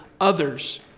others